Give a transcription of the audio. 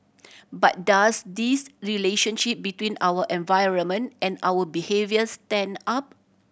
but does this relationship between our environment and our behaviour stand up